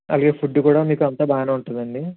అలాగే ఫుడ్డు కూడా మీకు అంతా బాగానే ఉంటుందండి